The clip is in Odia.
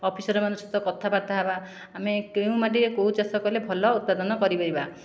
ଅଫିସର ମାନଙ୍କ ସହିତ କଥାବାର୍ତ୍ତା ହେବା ଆମେ କେଉଁ ମାଟିରେ କେଉଁ ଚାଷ କଲେ ଭଲ ଉତ୍ପାଦନ କରିପାରିବା